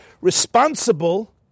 responsible